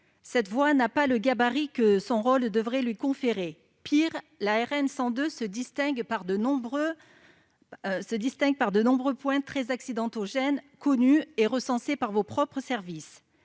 cette voie n'a pas le gabarit que son rôle devrait lui conférer. Pis, la RN 102 se distingue par de nombreux points très accidentogènes, connus et recensés par vos propres services.